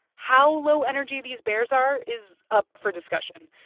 how low-energy these bears are is up for discussion.